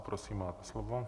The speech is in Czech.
Prosím, máte slovo.